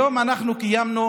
היום אנחנו קיימנו